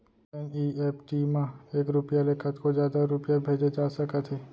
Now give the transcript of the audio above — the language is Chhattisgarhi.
एन.ई.एफ.टी म एक रूपिया ले कतको जादा रूपिया भेजे जा सकत हे